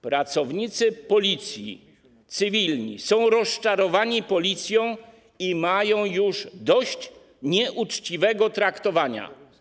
Pracownicy cywilni Policji są rozczarowani Policją i mają już dość nieuczciwego traktowania.